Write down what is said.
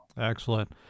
excellent